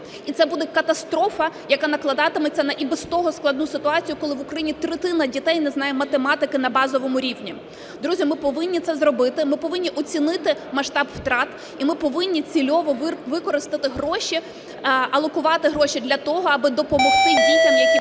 І це буде катастрофа, яка накладатиметься на і без того складну ситуацію, коли в Україні третина дітей не знає математики на базовому рівні. Друзі, ми повинні це зробити, ми повинні оцінити масштаб втрат. І ми повинні цільово використати гроші, алокувати гроші для того, аби допомогти дітям, які втратили